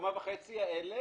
הקומה וחצי האלו,